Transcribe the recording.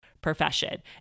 profession